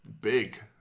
big